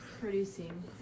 producing